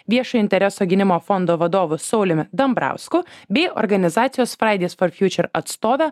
viešojo intereso gynimo fondo vadovu sauliumi dambrausku bei organizacijos fridays for future atstove